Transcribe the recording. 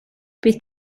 bydd